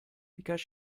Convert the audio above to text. because